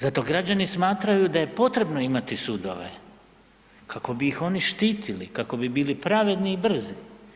Zato građani smatraju da je potrebno imati sudove kako bi ih oni štitili, kako bi bili pravedni i brzi.